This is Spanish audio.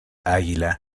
águila